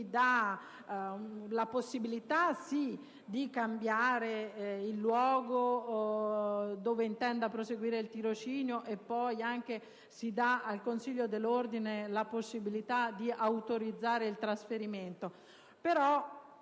la possibilità di cambiare il luogo in cui intende proseguire il tirocinio, dando al Consiglio dell'ordine la possibilità di autorizzare il trasferimento: